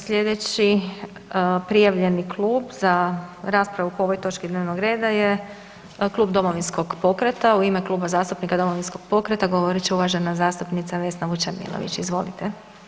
Slijedeći prijavljeni klub za raspravu po ovoj točki dnevnog reda je klub Domovinskog pokreta, u ime Kluba zastupnika Domovinskog pokreta govorit će uvažena zastupnica Vesna Vučemilović, izvolite.